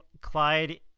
Clyde